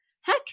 heck